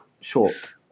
short